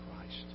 Christ